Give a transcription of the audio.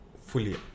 Fully